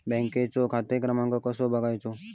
बँकेचो खाते क्रमांक कसो बगायचो?